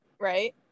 right